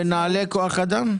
בנוהלי כוח אדם?